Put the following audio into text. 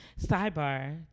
sidebar